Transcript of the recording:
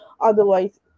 otherwise